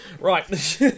Right